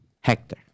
Hector